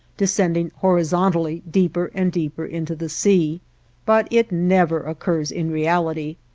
descending horizontally deeper and deeper into the sea but it never occurs in reality.